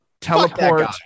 Teleport